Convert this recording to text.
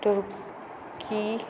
turkey